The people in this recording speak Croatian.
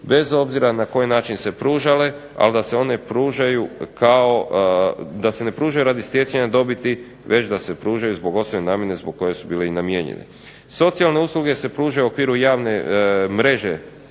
bez obzira na koji način se pružale, ali da se one ne pružaju radi stjecanja dobiti već da se pružaju zbog osnovne namjene zbog koje su bile i namijenjene. Socijalne usluge se pružaju u okviru javne mreže